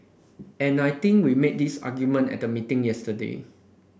and I think we made this argument at the meeting yesterday